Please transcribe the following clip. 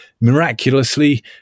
miraculously